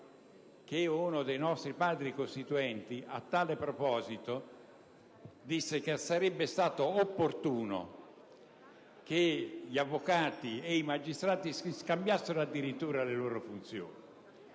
che uno dei nostri Padri costituenti disse a tale proposito che sarebbe stato opportuno che gli avvocati e i magistrati si scambiassero addirittura le loro funzioni.